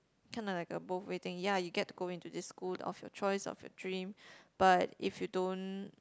kinda like a both way thing ya you get to go into this school of your choice of your dream but if you don't